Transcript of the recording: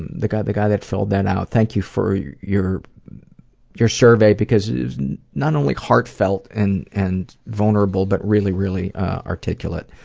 the guy but guy that filled that out, thank you for your your survey, because it was not only heartfelt and and vulnerable, but really, really articulate.